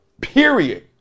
period